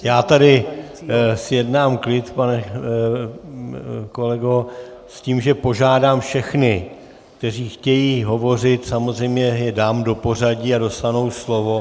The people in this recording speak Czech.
Já tady zjednám klid, pane kolego, s tím, že požádám všechny, kteří chtějí hovořit, samozřejmě je dám do pořadí a dostanou slovo.